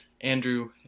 Andrew